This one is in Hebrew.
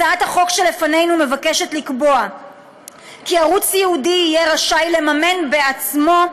הצעת החוק שלפנינו מבקשת לקבוע כי ערוץ ייעודי יהיה רשאי לממן בעצמו,